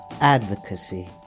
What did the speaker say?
advocacy